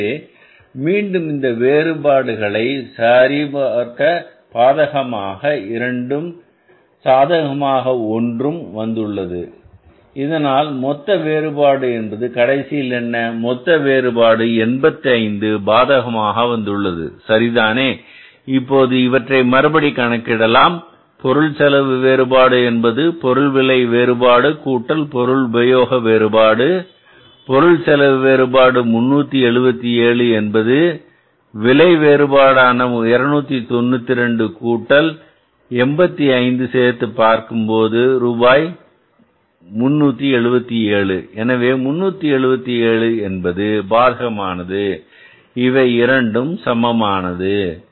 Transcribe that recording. எனவே மீண்டும் இந்த வேறுபாடுகளை சரிபார்க்க பாதகமாக இரண்டும் சாதகமாக ஒன்றும் வந்துள்ளது இதனால் மொத்த வேறுபாடு கடைசியில் என்ன மொத்த வேறுபாடு 85 பாதமாக வந்துள்ளது சரிதானே இப்போது இவற்றை மறுபடி கணக்கிடலாம் பொருள் செலவு வேறுபாடு என்பது பொருள் விலை வேறுபாடு கூட்டல் பொருள் உபயோக வேறுபாடு பொருள் செலவு வேறுபாடு ரூபாய் 377 என்பது விலை வேறுபாடான ரூபாய் 292 கூட்டல் ரூபாய் 85 சேர்த்துப் பார்க்கும்போது ரூபாய் 377 எனவே 377 என்பது பாதகமானது இவை இரண்டும் சமமானது